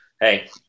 Hey